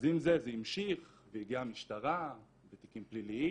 אז עם זה זה המשיך והגיעה המשטרה ותיקים פליליים.